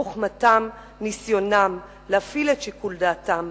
חוכמתם, ניסיונם, להפעיל את שיקול דעתם,